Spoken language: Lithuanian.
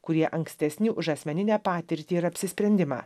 kurie ankstesni už asmeninę patirtį ir apsisprendimą